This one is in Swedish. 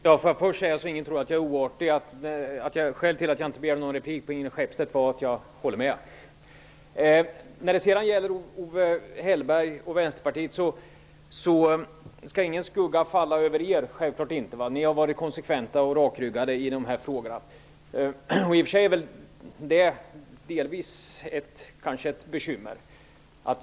Herr talman! Får jag först säga, så att ingen tror att jag är oartig, att skälet till att jag inte begärde replik på Ingrid Skeppstedts inlägg var att jag håller med. Ingen skugga skall falla över Owe Hellberg och Vänsterpartiet. Självklart inte. Ni har varit konsekventa och rakryggade i de här frågorna. I och för sig är det kanske delvis ett bekymmer.